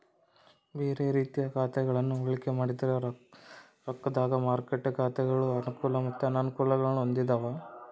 ಬ್ಯಾರೆ ರೀತಿಯ ಖಾತೆಗಳನ್ನ ಹೋಲಿಕೆ ಮಾಡಿದ್ರ ರೊಕ್ದ ಮಾರುಕಟ್ಟೆ ಖಾತೆಗಳು ಅನುಕೂಲ ಮತ್ತೆ ಅನಾನುಕೂಲಗುಳ್ನ ಹೊಂದಿವ